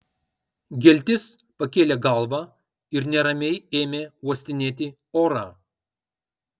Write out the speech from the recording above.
geltis pakėlė galvą ir neramiai ėmė uostinėti orą